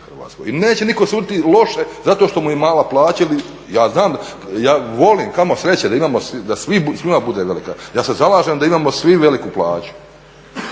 I neće nitko suditi loše zato što mu je mala plaća ili, ja znam, ja volim, kamo sreće da svima bude velika, ja se zalažem da imamo svi veliku plaću